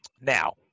Now